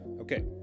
Okay